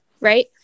right